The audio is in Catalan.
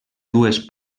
dues